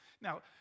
Now